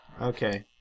okay